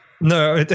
No